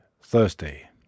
Thursday